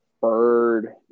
bird